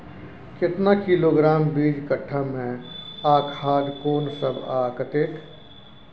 केतना किलोग्राम बीज कट्ठा मे आ खाद कोन सब आ कतेक?